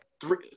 three